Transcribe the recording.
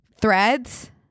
threads